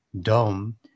dom